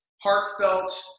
Heartfelt